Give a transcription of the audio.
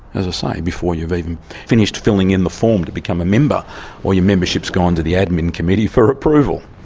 as i say, before you've even finished filling in the form to become a member or your membership's gone to the admin committee for approval.